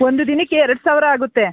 ಒಂದು ದಿನಕ್ಕೆ ಎರಡು ಸಾವಿರ ಆಗುತ್ತೆ